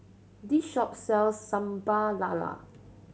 this shop sells Sambal Lala